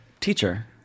teacher